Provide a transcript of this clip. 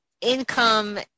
income